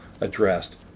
addressed